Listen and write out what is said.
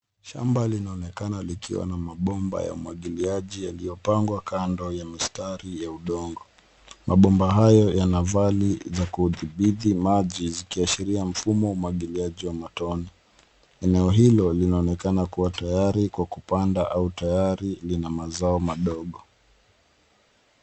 Shamba linaonekana likiwa na mabomba ya umwagiliaji yaliyopangwa kando ya mistari ya udongo. Mabomba hayo yana vali za kudhibiti maji, kikiashiria mfumo wa umwagiliaji wa matone. Eneo hilo linaonekana kuwa tayari kwa kupandwa au tayari lina mazao madogo.